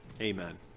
Amen